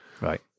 Right